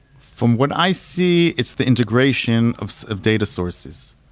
from what i see, it's the integration of of data sources.